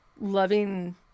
loving